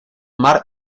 mar